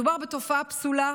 מדובר בתופעה פסולה,